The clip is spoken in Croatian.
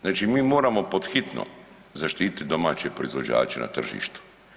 Znači mi moramo pod hitno zaštiti domaće proizvođače na tržištu.